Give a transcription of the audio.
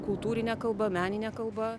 kultūrine kalba menine kalba